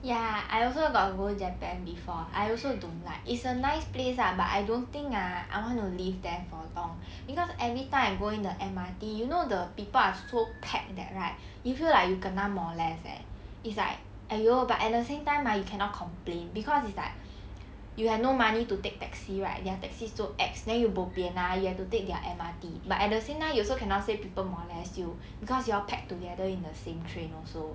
ya I also got go japan before I also don't like it's a nice place lah but I don't think ah I want to live there for long cause every time I go in the M_R_T you know the people are so packed that right you feel like you kena molest leh it's like !aiyo! but at the same time ah you cannot complain cause it's like you have no money to take taxi right their taxis so ex then you bo pian ah you have to take their M_R_T but at the same time you also cannot say people molest you cause you all packed together in the same train also